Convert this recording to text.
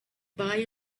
buy